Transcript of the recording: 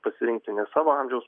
pasirinkti ne savo amžiaus